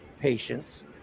patients